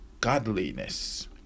godliness